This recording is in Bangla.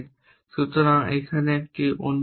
সুতরাং এখানে একটি অন্য উদাহরণ